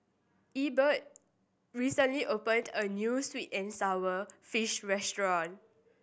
Ebert recently opened a new sweet and sour fish restaurant